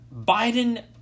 Biden